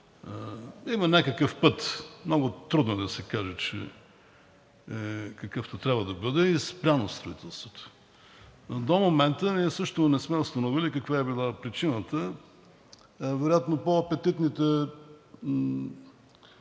има някакъв път – много трудно е да се каже, какъвто трябва да бъде, и строителството е спряно. До момента ние също не сме установили каква е била причината. Вероятно по-апетитните